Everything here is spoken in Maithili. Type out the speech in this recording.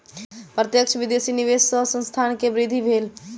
प्रत्यक्ष विदेशी निवेश सॅ संस्थान के वृद्धि भेल